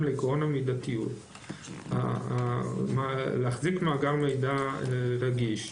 לעקרון המידתיות להחזיק מאגר מידע רגיש,